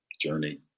journey